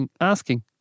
asking